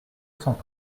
cent